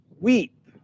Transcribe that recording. weep